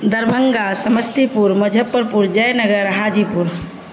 Darbhanga Samastipur Muzaffarpur Jaynagar حاجی پور